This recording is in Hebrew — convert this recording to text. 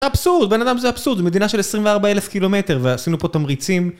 אבסורד, בן אדם זה אבסורד, מדינה של 24 אלף קילומטר ועשינו פה תמריצים